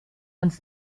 uns